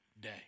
day